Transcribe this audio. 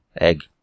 Egg